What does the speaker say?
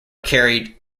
carried